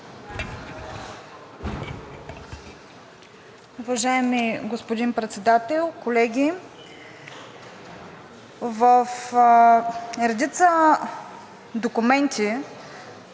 Уважаеми господин Председател, колеги! В редица документи